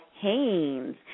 Haynes